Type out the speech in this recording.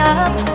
up